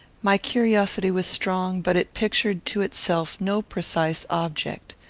my curiosity was strong, but it pictured to itself no precise object.